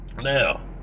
Now